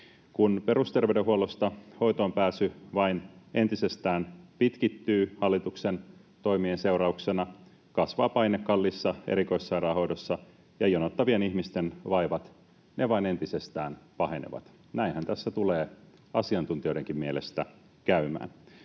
Kun perusterveydenhuollossa hoitoonpääsy vain entisestään pitkittyy hallituksen toimien seurauksena, kasvaa paine kalliissa erikoissairaanhoidossa ja jonottavien ihmisten vaivat vain entisestään pahenevat. Näinhän tässä tulee asiantuntijoidenkin mielestä käymään.